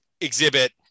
exhibit